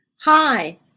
Hi